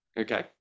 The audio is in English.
Okay